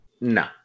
No